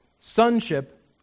Sonship